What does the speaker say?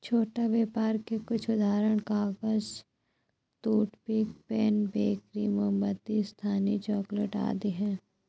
छोटा व्यापर के कुछ उदाहरण कागज, टूथपिक, पेन, बेकरी, मोमबत्ती, स्थानीय चॉकलेट आदि हैं